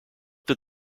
that